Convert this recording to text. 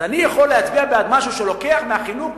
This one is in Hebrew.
אז אני יכול להצביע בעד משהו שלוקח מהחינוך,